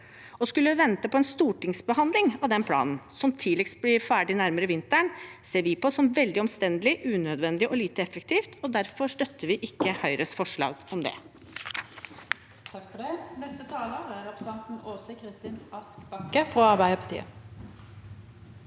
skulle vente på en stortingsbehandling av den planen som tidligst blir ferdig nærmere vinteren, ser vi på som veldig omstendelig, unødvendig og lite effektivt, og derfor støtter vi ikke Høyres forslag om det.